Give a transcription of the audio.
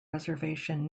reservation